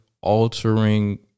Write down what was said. altering